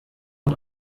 und